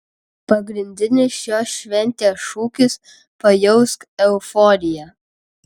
pagrindinis šios šventės šūkis pajausk euforiją